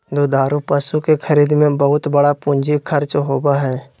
दुधारू पशु के खरीद में बहुत बड़ा पूंजी खर्च होबय हइ